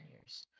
years